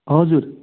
हजुर